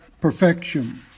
perfection